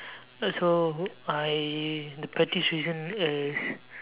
so I the pettiest reason is